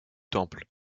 temple